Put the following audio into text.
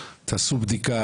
תעשו בדיקה